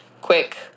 quick